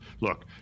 Look